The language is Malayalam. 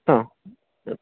ആ